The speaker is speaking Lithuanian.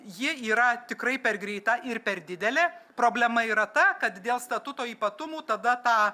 ji yra tikrai per greita ir per didelė problema yra ta kad dėl statuto ypatumų tada tą